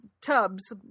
tubs